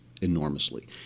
enormously